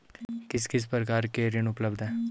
किस किस प्रकार के ऋण उपलब्ध हैं?